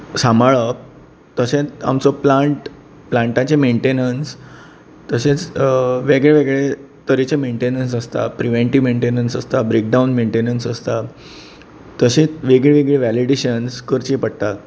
सांबाळप तशेंच आमचो प्लांट प्लांटाचें मेनटेनंस तशेंच वेगवेगळे तशेंच वेगवेगळे मेनटेनंस आसता प्रिवेंटीव मेनटेनंस आसता ब्रेकडावन मेनटेनंस आसता तशेंच वेगळी वेगळी वेलिडेशन करची पडटात